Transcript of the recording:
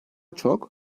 çok